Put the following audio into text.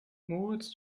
moritz